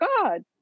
God